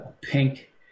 pink